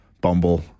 Bumble